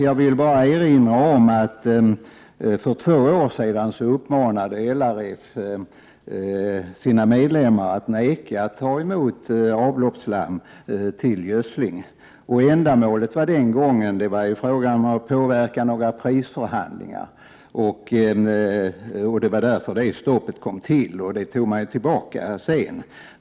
Jag vill bara erinra om att LRF för två år sedan uppmanade sina medlemmar att vägra ta emot avloppsslam för gödsling — det var den gången fråga om att påverka några prisförhandlingar; det var ändamålet med det stoppet, och det tog man sedan tillbaka.